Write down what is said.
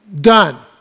done